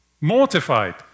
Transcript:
mortified